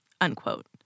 unquote